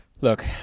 Look